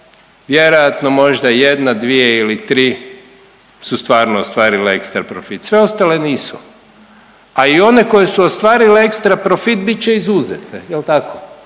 vjerojatno možda jedna, dvije ili tri su stvarno ostvarile ekstra profit, sve ostale nisu. A i one koje su ostvarile ekstra profit bit će izuzete, jel' tako?